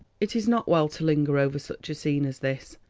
it is not well to linger over such a scene as this.